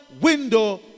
window